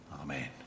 Amen